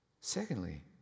Secondly